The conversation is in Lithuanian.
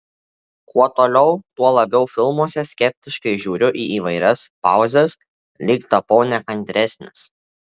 kuo toliau tuo labiau filmuose skeptiškai žiūriu į įvairias pauzes lyg tapau nekantresnis